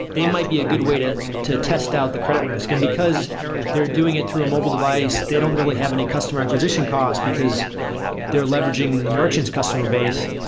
they might be a good way to to test out the credit risk. and because they're doing it through a mobile device, they don't really have any customer acquisition cost, because they're leveraging and the merchants customer base.